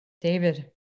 David